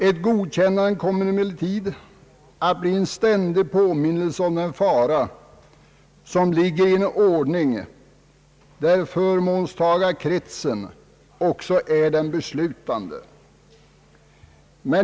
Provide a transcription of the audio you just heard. Ett godkännande kommer emellertid att bli en ständig påminnelse om den fara som ligger i en ordning, där förmånstagarkretsen också är den beslutande.